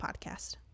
podcast